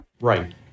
Right